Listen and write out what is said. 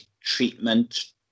treatment